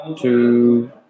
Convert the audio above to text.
two